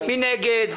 מי נגד?